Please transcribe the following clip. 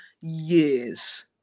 years